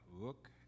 look